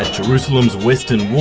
jerusalem's western wall,